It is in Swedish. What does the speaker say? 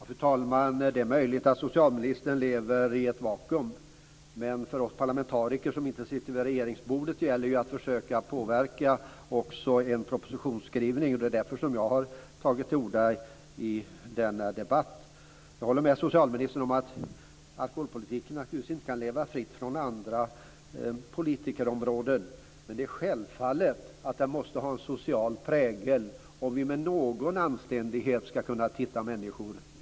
Fru talman! Det är möjligt att socialministern lever i ett vakuum, men för oss parlamentariker som inte sitter vid regeringsbordet gäller att försöka påverka också en propositionsskrivning. Det är därför som jag har tagit till orda i denna debatt. Jag håller med socialministern om att alkoholpolitiken naturligtvis inte kan leva fritt från andra politikområden, men det är självklart att den måste ha en social prägel, om vi med någon anständighet skall kunna titta människor i ögonen.